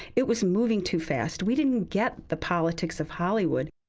it was moving too fast. we didn't get the politics of hollywood.